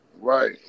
Right